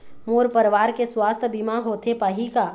मोर परवार के सुवास्थ बीमा होथे पाही का?